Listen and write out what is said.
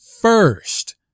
first